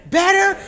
better